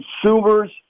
consumer's